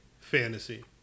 fantasy